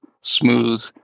smooth